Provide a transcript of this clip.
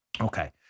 Okay